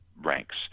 ranks